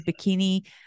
bikini